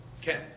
Ken